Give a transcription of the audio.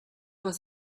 was